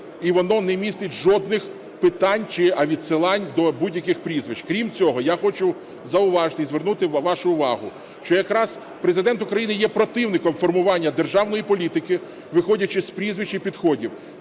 і воно не містить жодних питань чи відсилань до будь-яких прізвищ. Крім цього, я хочу зауважити і звернути вашу увагу, що якраз Президент України є противником формування державної політики, виходячи з прізвищ і підходів.